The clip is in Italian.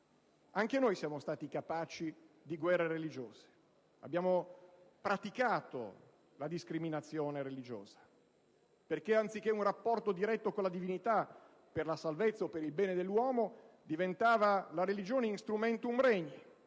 Anche noi siamo stati capaci di guerre religiose. Abbiamo praticato la discriminazione religiosa perché, anziché un rapporto diretto con la divinità per la salvezza o per il bene dell'uomo, diventava la religione *instrumentum regni*,